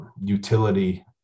utility